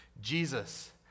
Jesus